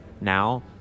Now